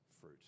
fruit